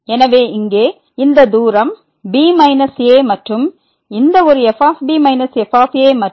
எனவே இங்கே இந்த தூரம் b a மற்றும் இந்த ஒரு fb f மற்றும்